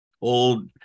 old